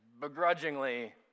Begrudgingly